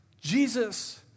Jesus